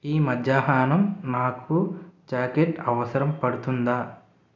ఈ మధ్యాహానం నాకు జాకెట్ అవసరం పడుతుందా